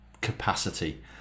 capacity